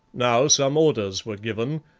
now some orders were given,